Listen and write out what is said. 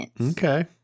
Okay